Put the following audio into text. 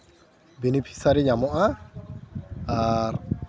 ᱵᱤᱱᱤ ᱯᱷᱤᱥᱟᱨᱤ ᱧᱟᱢᱚᱜᱼᱟ ᱟᱨ